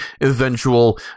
eventual